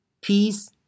Peace